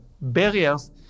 Barriers